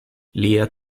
lia